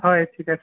হয় ঠিক আছে